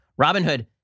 Robinhood